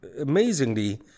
amazingly